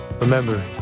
Remember